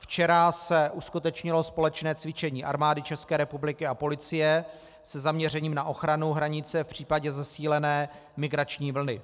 Včera se uskutečnilo společné cvičení Armády ČR a policie se zaměřením na ochranu hranice v případě zesílené migrační vlny.